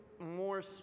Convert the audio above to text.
more